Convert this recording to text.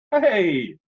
Hey